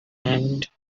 and